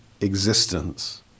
existence